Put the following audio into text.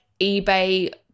eBay